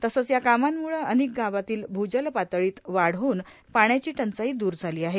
तसंच या कामांम्ळे अनेक गावांतील भूजल पातळीत वाढ होऊन पाण्याची टंचाई दूर झाली आहे